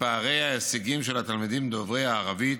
בפערים בהישגים של התלמידים דוברי הערבית.